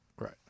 Right